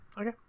Okay